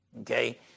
Okay